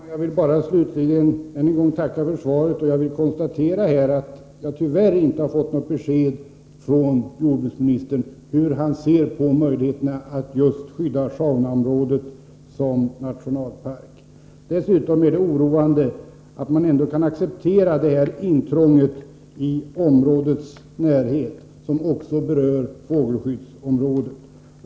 Herr talman! Jag vill slutligen bara än en gång tacka för svaret, och jag vill konstatera att jag tyvärr inte har fått något besked från jordbruksministern om hur han ser på möjligheterna att skydda just Sjaunja-området som nationalpark. Dessutom är det oroande att man ändå kan acceptera det här intrånget i områdets närhet, som också berör fågelskyddsområdet.